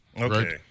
Okay